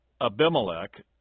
Abimelech